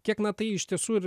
kiek na tai iš tiesų ir